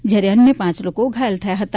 જયારે અન્ય પાંચ લોકો ઘાયલ થયા હતા